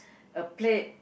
a plate